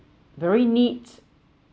very neat